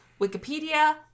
Wikipedia